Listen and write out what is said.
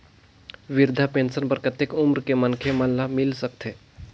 वृद्धा पेंशन बर कतेक उम्र के मनखे मन ल मिल सकथे?